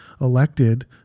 elected